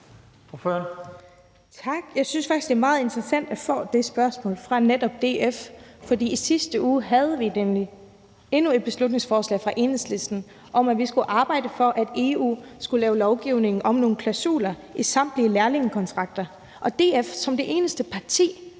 Tak. Jeg synes faktisk, at det er meget interessant at få det spørgsmål fra netop DF. For i sidste uge havde vi nemlig endnu et beslutningsforslag fra Enhedslisten om, at vi skulle arbejde for, at EU skulle lave lovgivning om nogle klausuler i samtlige lærlingekontrakter, og DF valgte som det eneste parti